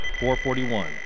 441